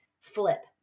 flip